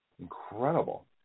Incredible